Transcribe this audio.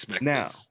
Now